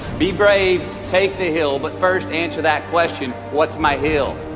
be brave take the hill, but first answer that question what's my hill?